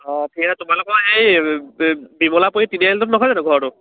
অঁ ঠিক আছে তোমালোকৰ এই বিমলাপতি তিনিআলিটোত নহয় জানো ঘৰটো